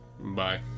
Bye